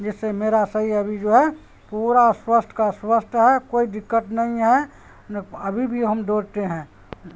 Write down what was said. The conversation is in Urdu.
جس سے میرا شریر ابھی جو ہے پورا سوستھ کا سوستھ ہے کوئی دقت نہیں ہے ابھی بھی ہم دوڑتے ہیں